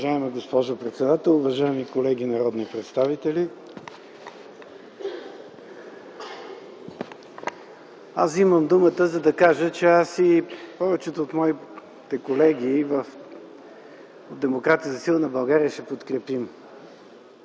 (СК): Уважаема госпожо председател, уважаеми колеги народни представители! Вземам думата, за да кажа, че аз и повечето мои колеги от Демократи за силна България ще подкрепим